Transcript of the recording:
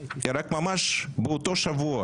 אלא ממש באותו שבוע,